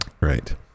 Right